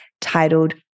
titled